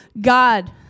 God